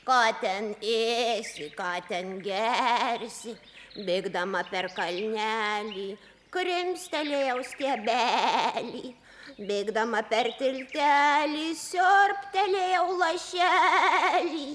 ką ten ėsi ką ten gersi bėgdama per kalnelį krimstelėjau stiebelį bėgdama per tiltelį siurbtelėjau lašelį